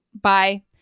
Bye